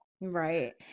Right